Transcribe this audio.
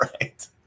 right